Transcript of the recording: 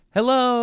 Hello